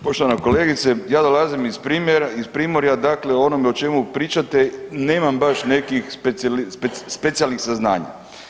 Poštovana kolegice, ja dolazim iz Primorja, dakle o onome o čemu pričate nemam baš nekih specijalnih saznanja.